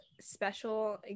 special